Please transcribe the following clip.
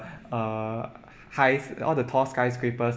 err high~ all the tall skyscrapers